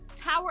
tower